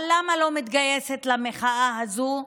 אבל למה היא לא מתגייסת למחאה הזו?